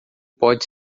pode